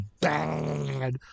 bad